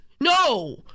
No